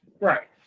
Right